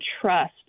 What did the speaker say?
trust